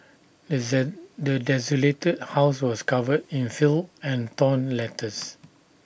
the the desolated house was covered in filth and torn letters